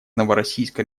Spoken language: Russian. новороссийска